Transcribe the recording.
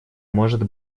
может